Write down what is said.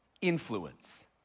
influence